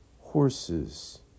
horses